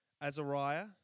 Azariah